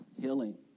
healing